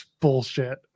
bullshit